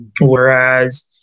Whereas